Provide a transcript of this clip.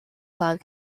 cloud